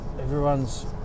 everyone's